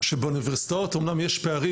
שבאוניברסיטאות אמנם יש פערים,